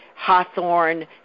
Hawthorne